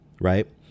right